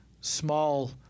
small